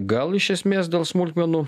gal iš esmės dėl smulkmenų